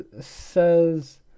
says